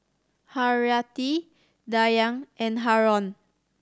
Haryati Dayang and Haron